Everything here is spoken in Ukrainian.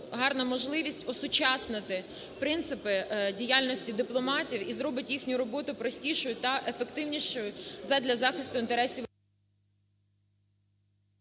гарна можливість осучаснити принципи діяльності дипломатів і зробить їхню роботу простішою та ефективнішою задля захисту інтересів…